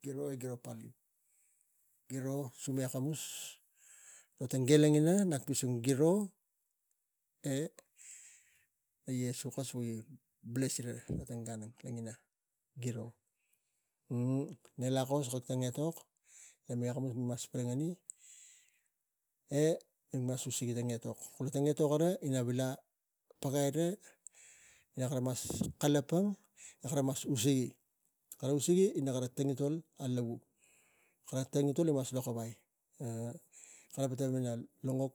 Giro, e giro paliu, giro sumi akamus lo tang ge logina, nak pising giro e na iesu kas wo gi bless sira lo tang gan ang logina, giro. ne lakos kak tang eok ina mit akamus mas palanganie mik mas usigi tang etok, kula tang etok gara ina vila pagai ira ina kara mas kalapang e kara mas usigi, ina kara tangitol alavu. Kara tangitol gi mas lokovai, kara pata vila long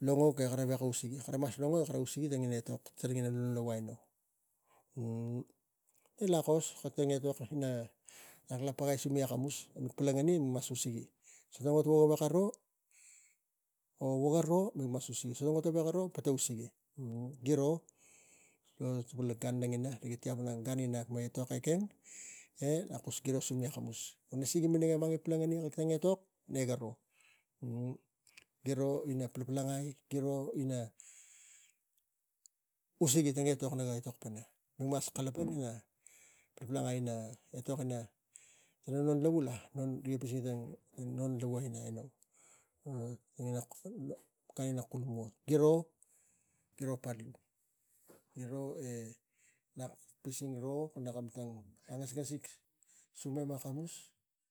ngok e kara veko usigi kara mas long ngok, e usigi ina etok ina tara non lavu aino. Ne lakos kak tang etok, nak lak pagai imi sumi akamus, mik polongani so tang ot gaveko ro, or wo garo, tang ot faveko ro, pata usigi giro, kula lo gan logina rga tavei iau ina rak etok ekeng, e nak kus giro sumi nasi gi minang polongani kak tang etok ne garo giro ina palpalangai ina usigi ina etok e mik mas kalapang. Palpalangai etok ina non lavu ang riga pisingi lavu rik pisingi tang ina kulmua gan ina kulmua. Giro, e giro paliu, giro e nak pising ro ina kam a ngas ngas sik sumem akamus.